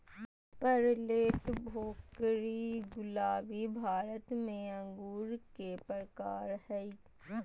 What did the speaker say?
Perlette, Bhokri, गुलाबी भारत में अंगूर के प्रकार हय